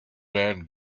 man